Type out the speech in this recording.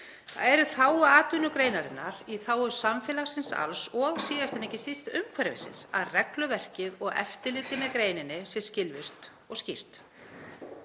Það er í þágu atvinnugreinarinnar, í þágu samfélagsins alls og síðast en ekki síst umhverfisins að regluverkið og eftirlitið með greininni sé skilvirkt og skýrt.